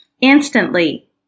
Instantly